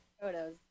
photos